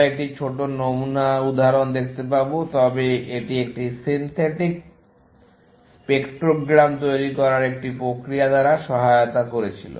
আমরা একটি ছোট নমুনা উদাহরণ দেখতে পাব তবে এটি একটি সিন্থেটিক স্পেকট্রোগ্রাম তৈরির একটি প্রক্রিয়া দ্বারা সহায়তা করেছিল